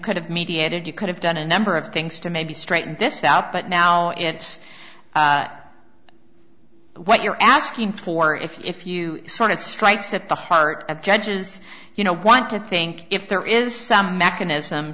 could have mediated you could have done a number of things to maybe straighten this out but now it's what you're asking for if you sort of strikes at the heart of judges you know want to think if there is some mechanism